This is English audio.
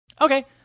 Okay